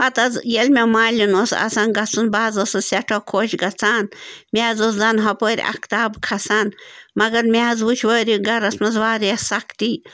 پَتہٕ حظ ییٚلہِ مےٚ مالیُن اوس آسان گژھُن بہٕ حظ ٲسٕس سٮ۪ٹھاہ خوش گژھان مےٚ حظ اوس زَن ہُپٲرۍ اَختاب کھَسان مگر مےٚ حظ وٕچھ وٲرِو گَرَس منٛز واریاہ سختی